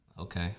Okay